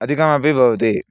अधिकमपि भवति